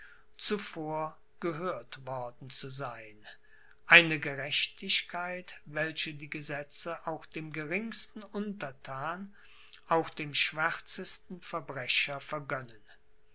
zuvor gehört worden zu sein eine gerechtigkeit welche die gesetze auch dem geringsten unterthan auch dem schwärzesten verbrecher vergönnen